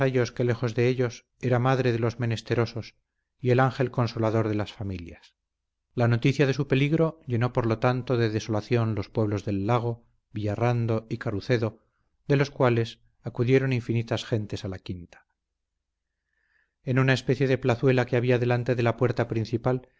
que lejos de ellos era la madre de los menesterosos y el ángel consolador de las familias la noticia de su peligro llenó por lo tanto de desolación los pueblos de lago villarrando y carucedo de los cuales acudieron infinitas gentes a la quinta en una especie de plazuela que había delante de la puerta principal